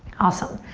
awesome.